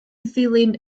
ddilyn